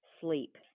sleep